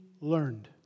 learned